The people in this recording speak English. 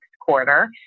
quarter